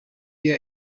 year